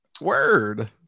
Word